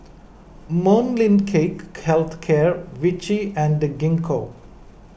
Molnylcke Health Care Vichy and Gingko